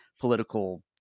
political